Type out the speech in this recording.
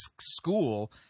school